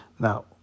Now